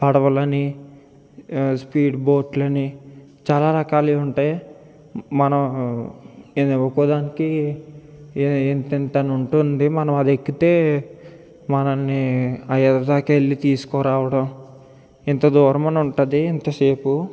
పడవలని speed బోట్లని చాలా రకాలవి ఉంటాయి మనము ఏదో ఒక్కోదానికి ఇంత ఇంత అని ఉంటుంది మనం అది ఎక్కితే మనల్ని ఆ ఎదరిదాకా వెళ్ళి తీసుకురావడం ఇంత దూరమని ఉంటుంది ఇంతసేపు